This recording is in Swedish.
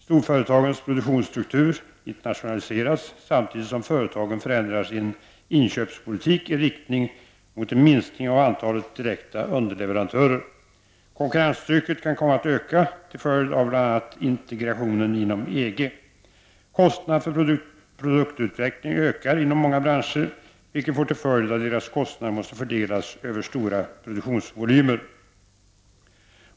Storföretagens produktionsstruktur internationaliseras, samtidigt som företagen förändrar sin inköpspolitik i riktning mot en minskning av antalet direkta underleverantörer. Konkurrenstrycket kan komma att öka till följd av bl.a. integrationen inom EG. Kostnaderna för produktutveckling ökar inom många branscher, vilket får till följd att deras kostnader måste fördelas över stora produktionsvolymer.